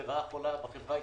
זו רעה חולה בחברה הישראלית,